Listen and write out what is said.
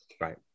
right